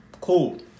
Cool